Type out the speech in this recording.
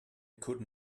could